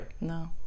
No